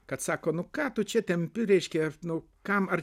kad sako nu ką tu čia tempi reiškia nu kam ar